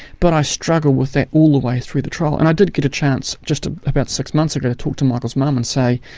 but i struggled with that all the way through the trial, and i did get a chance just ah about six months ago to talk to michael's mum and say,